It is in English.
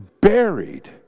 buried